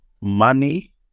money